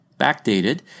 backdated